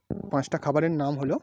পাঁচটা খাবারের নাম হলো